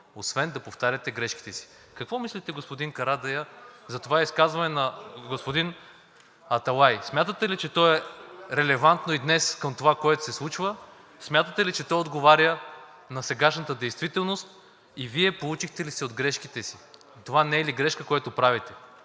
освен да повтаряте грешките си.“ Какво мислите, господин Карадайъ, за това изказване на господин Аталай? Смятате ли, че то е релевантно и днес към това, което се случва? Смятате ли, че то отговаря на сегашната действителност и Вие поучихте ли се от грешките си? Това не е ли грешка, което правите?